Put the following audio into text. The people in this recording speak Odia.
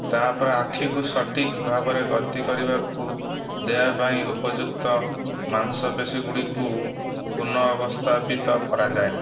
ତା'ପରେ ଆଖିକୁ ସଠିକ୍ ଭାବରେ ଗତି କରିବାକୁ ଦେବା ପାଇଁ ଉପଯୁକ୍ତ ମାଂସପେଶୀ ଗୁଡ଼ିକୁ ପୁନଃ ଅବସ୍ଥାପିତ କରାଯାଏ